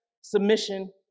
submission